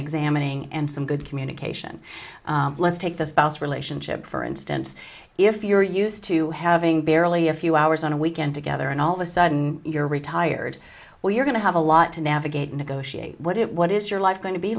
examining and some good communication let's take the spouse relationship for instance if you're used to having barely a few hours on a weekend together and all of a sudden you're retired well you're going to have a lot to navigate negotiate what it what is your life going to be